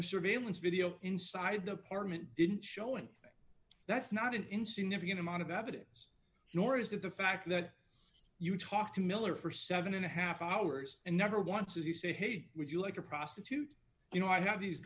the surveillance video inside the apartment didn't show anything that's not an insignificant amount of evidence nor is it the fact that you talk to miller for seven and a half hours and never once as you say hey would you like a prostitute you know i have these